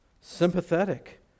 sympathetic